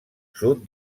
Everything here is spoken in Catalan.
sud